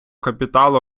капіталу